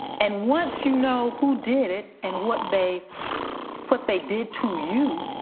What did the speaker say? and once you know who did it and what they what they did to you,